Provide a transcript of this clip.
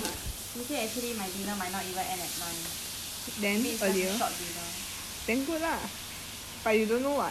he say actually my he say actually my dinner might not even end at nine maybe it's just a short dinner